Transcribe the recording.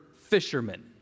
fishermen